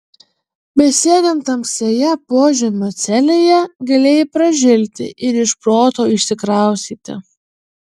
besėdint tamsioje požemio celėje galėjai pražilti ir iš proto išsikraustyti